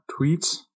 tweets